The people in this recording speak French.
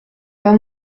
pas